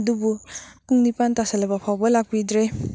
ꯑꯗꯨꯕꯨ ꯄꯨꯡ ꯅꯤꯄꯥꯜ ꯇꯥꯁꯤꯜꯂꯕ ꯐꯥꯎꯕ ꯂꯥꯛꯄꯤꯗꯔꯦ